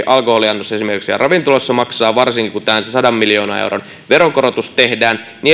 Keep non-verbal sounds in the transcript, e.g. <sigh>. <unintelligible> alkoholiannos siellä ravintolassa maksaa varsinkin kun tähän se sadan miljoonan euron veronkorotus tehdään kun